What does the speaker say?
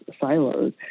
silos